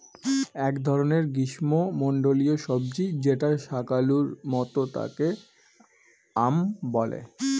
এক ধরনের গ্রীস্মমন্ডলীয় সবজি যেটা শাকালুর মত তাকে য়াম বলে